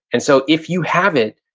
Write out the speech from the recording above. and so, if you have it,